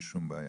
בלי שום בעיה?